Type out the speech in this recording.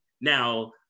Now